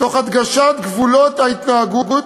בהדגשת גבולות ההתנהגות,